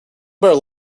better